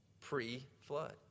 pre-flood